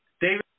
David